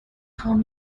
خوام